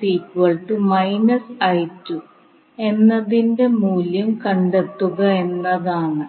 Kirchoff's Voltage നിയമത്തെ അടിസ്ഥാനമാക്കിയുള്ളതാണ്